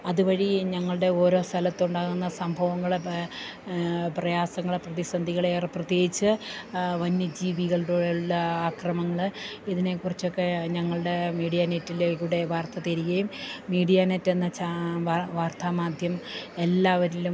അതുവഴി ഞങ്ങളുടെ ഓരോ സ്ഥലത്തുണ്ടാകുന്ന സംഭവങ്ങളെ പ്രയാസങ്ങളെ പ്രതിസന്ധകളെ ഏറെ പ്രത്യേകിച്ച് വന്യജീവികളുടെയെല്ലാ ആക്രമങ്ങൾ ഇതിനെക്കുറിച്ചൊക്കെ ഞങ്ങളുടെ മീഡിയ നെറ്റിലെ ഇവിടെ വാർത്ത തരുകയും മീഡിയ നെറ്റ് എന്ന ചാ വാർത്താമാധ്യം എല്ലാവരിലും